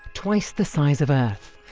twice the size of earth,